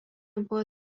buvo